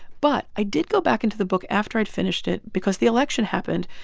but i did go back into the book after i'd finished it because the election happened,